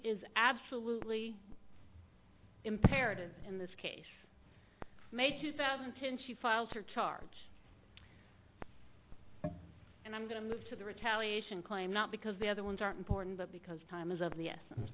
is absolutely imperative in this case may two thousand and ten she filed her charge and i'm going to move to the retaliation claim not because the other ones aren't important but because time is of the essence